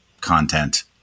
content